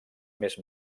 més